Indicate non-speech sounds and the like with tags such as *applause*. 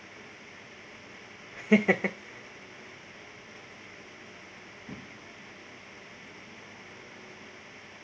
*laughs*